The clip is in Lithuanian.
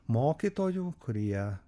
mokytojų kurie